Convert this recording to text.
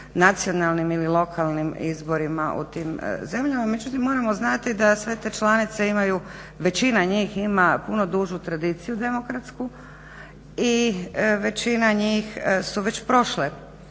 nacionalnim ili lokalnim izborima u tim zemljama. Međutim moramo znati da sve te članice imaju, većina njih ima puno dužu tradiciju demokratsku i većina njih su već prošle